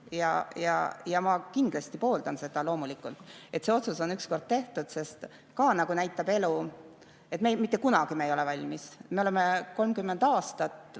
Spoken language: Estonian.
ja ma kindlasti pooldan seda, et see otsus on ükskord tehtud. Nagu näitab elu, me mitte kunagi ei ole valmis. Me oleme 30 aastat